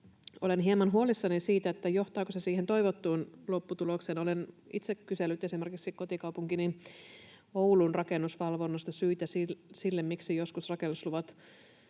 Olen hieman huolissani, johtaako se siihen toivottuun lopputulokseen. Olen itse kysellyt esimerkiksi kotikaupunkini Oulun rakennusvalvonnasta syitä sille, miksi joskus rakennusluvat